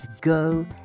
go